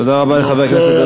תודה רבה לחבר הכנסת.